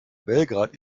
belgrad